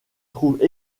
trouve